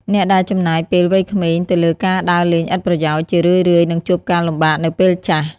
អ្នកដែលចំណាយពេលវ័យក្មេងទៅលើការដើរលេងឥតប្រយោជន៍ ជារឿយៗនឹងជួបការលំបាកនៅពេលចាស់។